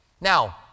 Now